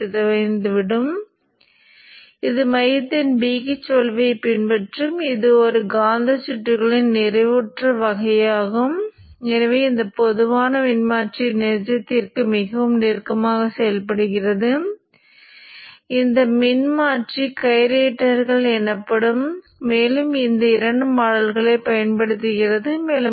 சாய்வு இப்போது அதிகபட்சத்தை அடைந்த பிறகு இப்போது நீங்கள் சாதனத்தை அணைத்துவிட்டீர்கள் சாதனத்தை அணைத்தவுடன் மின்மாற்றி வழியாக மின்னோட்டம் உடனடியாக அணைக்கப்படுவதைக் பார்க்கலாம்